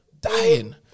Dying